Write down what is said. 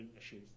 issues